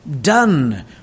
done